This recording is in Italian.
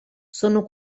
sono